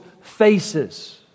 faces